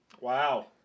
Wow